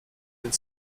den